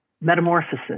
metamorphosis